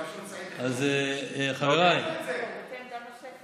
הקמנו את זה, כבוד השר.